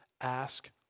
ask